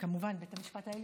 וכמובן בית המשפט העליון.